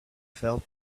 fell